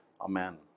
Amen